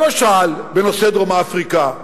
למשל בנושא דרום-אפריקה,